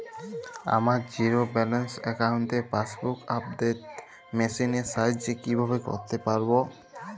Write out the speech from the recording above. আমার zero balance অ্যাকাউন্টে passbook update machine এর সাহায্যে কীভাবে করতে পারব?